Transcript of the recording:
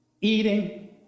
Eating